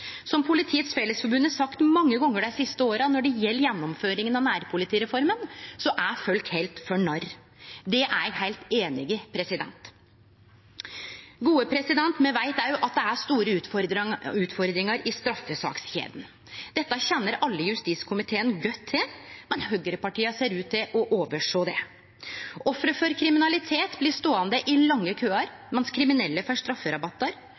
Som Politiets Fellesforbund har sagt mange gonger dei siste åra når det gjeld gjennomføringa av nærpolitireforma, er folk haldne for narr. Det er eg heilt einig i. Me veit òg at det er store utfordringar i straffesakskjeda. Dette kjenner alle i justiskomiteen godt til, men høgrepartia ser ut til å oversjå det. Offer for kriminalitet blir ståande i lange køar mens kriminelle får